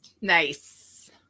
Nice